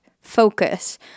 focus